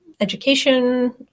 education